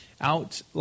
out